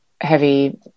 heavy